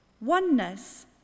Oneness